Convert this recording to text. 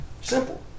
Simple